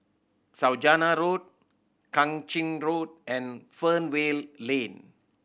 Saujana Road Kang Ching Road and Fernvale Lane